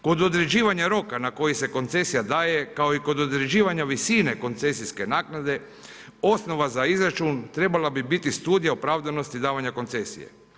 Kod određivanja roka na koji se koncesija daje, kao i kod određivanja visine koncesijske naknade, osnova za izračun trebala bi biti studija opravdanosti davanja koncesije.